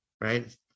right